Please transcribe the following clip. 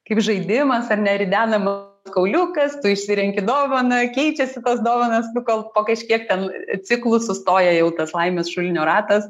kaip žaidimas ar ne ridenama kauliukas tu išsirenki dovaną keičiasi tos dovanos kol po kažkiek ten ciklų sustoja jau tas laimės šulinio ratas